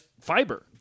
fiber